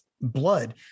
blood